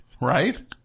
Right